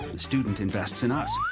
the student invests in us,